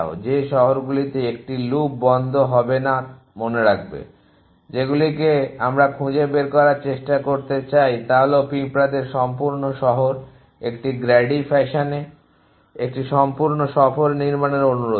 যে শহরগুলিতে একটি লুপ বন্ধ হবে না তা মনে রাখবে যেগুলিকে আমরা খুঁজে বের করার চেষ্টা করতে চাই তা হল পিঁপড়াদের সম্পূর্ণ সফর একটি গ্র্যাডি ফ্যাশনে একটি সম্পূর্ণ সফর নির্মাণের অনুরোধে